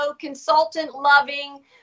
consultant-loving